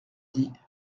dit